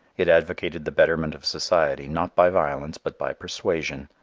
it advocated the betterment of society not by violence but by persuasion,